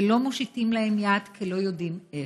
ולא מושיטים להם יד כי לא יודעים איך: